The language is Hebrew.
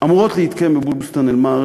אמורות להתקיים בבוסתאן-אלמרג'